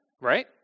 right